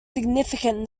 significant